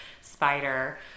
spider